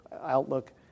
Outlook